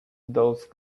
those